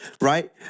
right